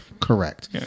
Correct